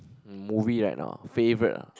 um movie right now ah favourite ah